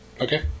Okay